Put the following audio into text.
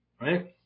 right